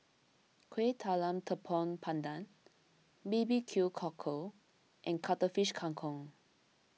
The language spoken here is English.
Kuih Talam Tepong Pandan B B Q Cockle and Cuttlefish Kang Kong